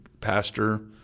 pastor